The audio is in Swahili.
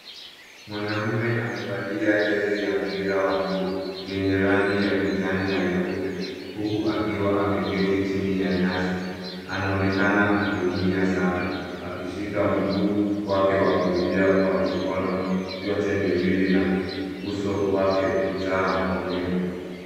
Mwanaume amevalia jezi ya mpira wa mguu yenye rangi ya kijani na nyeupe huku akiwa ameketi chini ya nyasi. Anaonekana akiumia sana akishika mguu wake wa kulia kwa mikono yote miwili na uso wake kujaa maumivu.